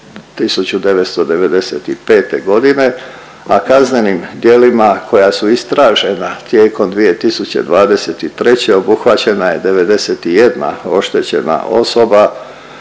1995.g., a kaznenim dijelima koja su istražena tijekom 2023. obuhvaćena je 91 oštećena osoba